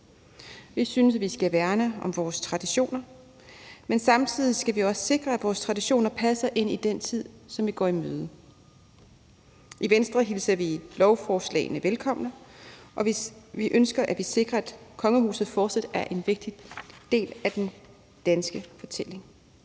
Vi synes, at vi skal værne om vores traditioner, men samtidig skal vi også sikre, at vores traditioner passer ind i den tid, som vi går i møde. I Venstre hilser vi lovforslagene velkomne, og vi ønsker, at vi sikrer, at kongehuset fortsat er en vigtig del af den danske fortælling.